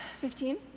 Fifteen